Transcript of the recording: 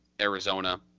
Arizona